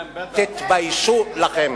תתביישו לכם.